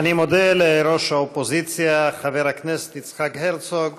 אני מודה לראש האופוזיציה חבר הכנסת יצחק הרצוג.